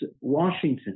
Washington